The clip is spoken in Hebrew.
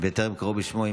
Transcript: וטרם קראו בשמו?